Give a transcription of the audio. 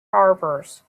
harbours